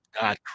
God